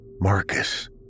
Marcus